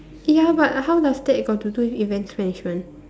ya but how does that got to do with events management